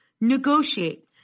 negotiate